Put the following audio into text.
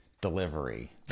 delivery